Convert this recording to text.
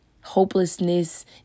hopelessness